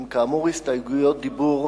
הן כאמור הסתייגויות דיבור,